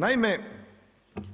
Naime,